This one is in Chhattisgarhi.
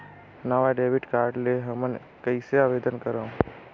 नवा डेबिट कार्ड ले हमन कइसे आवेदन करंव?